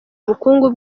ubukungu